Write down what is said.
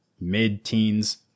Mid-teens